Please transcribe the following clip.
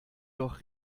doch